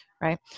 Right